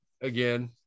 again